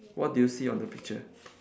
what do you see on the picture